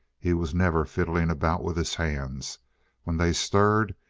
he was never fiddling about with his hands when they stirred,